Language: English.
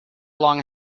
long